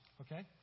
Okay